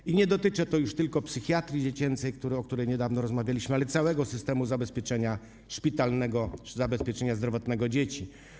I nie dotyczy to już tylko psychiatrii dziecięcej, o której niedawno rozmawialiśmy, ale całego systemu zabezpieczenia szpitalnego, zabezpieczenia zdrowotnego dzieci.